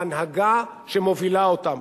בהנהגה שמובילה אותם.